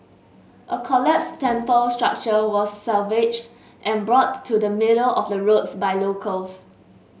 a collapsed temple structure was salvaged and brought to the middle of the roads by locals